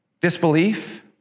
disbelief